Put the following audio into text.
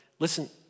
Listen